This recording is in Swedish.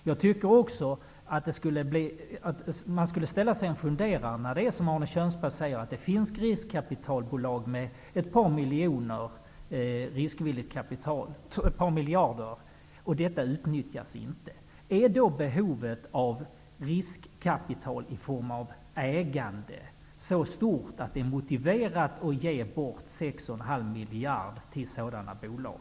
När det, som Arne Kjörnsberg säger, finns riskkapitalbolag med ett par miljarder i riskvilligt kapital och detta inte utnyttjas, då borde man ställa sig frågan: Är behovet av riskkapital i form av ägande så stort att det är motiverat att ge bort 6,5 miljarder till sådana bolag?